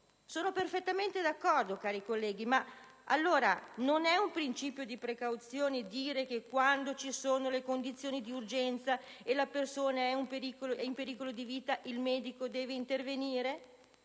Sono perfettamente d'accordo, cari colleghi. Ma allora non è un principio di precauzione dire che quando ci sono le condizioni di urgenza e la persona è in pericolo di vita, il medico deve intervenire?